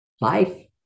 life